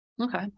Okay